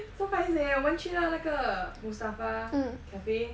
so paiseg eh 我们去到那个 Mustafa cafe